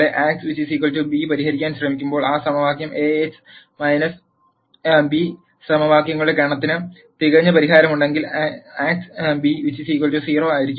ax b പരിഹരിക്കാൻ ശ്രമിക്കുമ്പോൾ ആ സമവാക്യം A x b സമവാക്യങ്ങളുടെ ഗണത്തിന് തികഞ്ഞ പരിഹാരമുണ്ടെങ്കിൽ ആക്സ് ബി 0 ആയിരിക്കും